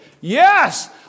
Yes